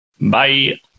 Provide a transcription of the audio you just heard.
Bye